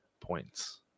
points